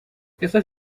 estas